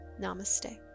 Namaste